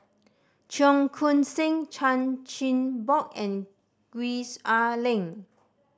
Cheong Koon Seng Chan Chin Bock and Gwees Ah Leng